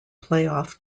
playoff